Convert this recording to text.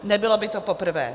Nebylo by to poprvé.